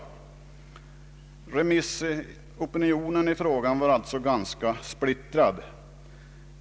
Remissopinionen i frågan var alltså ganska splittrad.